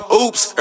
Oops